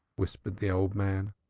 whispered the old man.